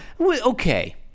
Okay